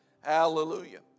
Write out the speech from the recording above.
Hallelujah